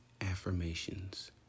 affirmations